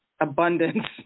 Abundance